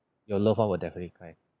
your loved one will definitely cry